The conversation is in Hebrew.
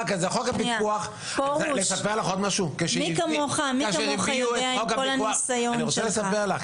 פרוש, מי כמוך יודע עם כל הניסיון שלך.